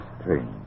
strange